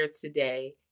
today